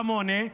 כמוני,